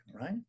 right